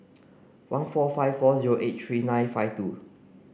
one four five four zero eight three nine five two